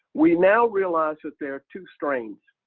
we now realize that there are two strains.